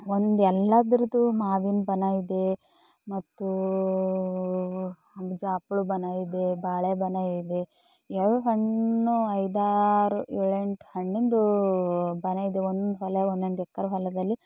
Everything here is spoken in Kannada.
ಒಂದು ಎಲ್ಲದ್ರದ್ದು ಮಾವಿನ ಬನ ಇದೆ ಮತ್ತು ಜಾಪುಳು ಬನ ಇದೆ ಬಾಳೆ ಬನ ಇದೆ ಯಾವ ಹಣ್ಣು ಐದಾರು ಏಳೆಂಟು ಹಣ್ಣಿಂದು ಬನ ಇದೆ ಒಂದು ಹೊಲ ಒಂದೊಂದು ಎಕ್ಕರೆ ಹೊಲದಲ್ಲಿ